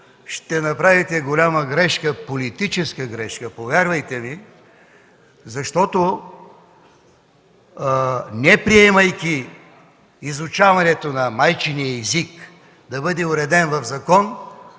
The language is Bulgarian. ще направите голяма политическа грешка, повярвайте ми. Неприемайки изучаването на майчиния език да бъде уредено в закон,